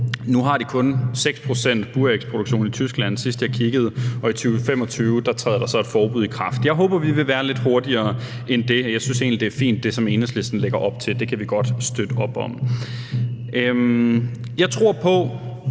Nu havde de kun 6 pct. burægproduktion i Tyskland, sidst jeg kiggede, og i 2025 træder der så et forbud i kraft. Jeg håber, at vi vil være lidt hurtigere end det. Jeg synes egentlig, at det, som Enhedslisten lægger op til, er fint, det kan vi godt støtte op om. Jeg tror på,